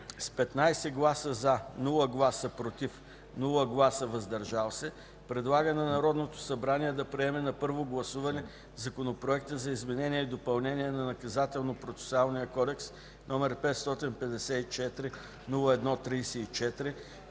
с 15 гласа „за”, без „против“ и „въздържал се” предлага на Народното събрание да приеме на първо гласуване законопроекта за изменение и допълнение на Наказателно-процесуалния кодекс № 554-01-34,